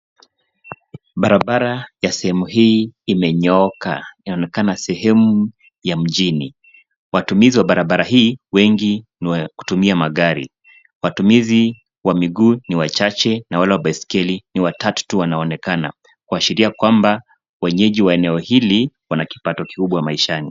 Barabara ya sehemu hii imenyooka ,inaonekana sehemu ya mjini. Watumizi wa barabara hii wengi ni wa kutumia magari. Watumizi wa miguu ni wachache na wale wa baiskeli ni watatu tu wanaonekana. Kuashiria kwamba wenyeji wa eneo hili ni wa kipato kubwa maishani.